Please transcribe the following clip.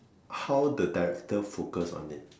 how the director focus on it